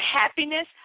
happiness